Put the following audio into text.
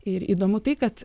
ir įdomu tai kad